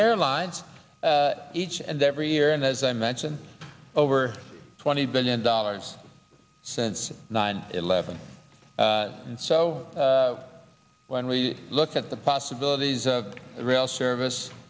airlines each and every year and as i mentioned over twenty billion dollars since nine eleven and so when we look at the possibilities of rail service